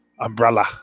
umbrella